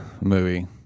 movie